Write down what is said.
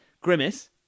Grimace